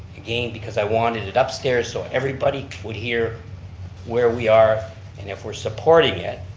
again because i wanted it upstairs so everybody would hear where we are and if we're supporting it,